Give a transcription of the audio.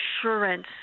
assurance